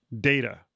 data